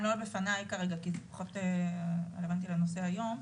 הן לא לפניי כרגע כי זה פחות רלוונטי לנושא היום,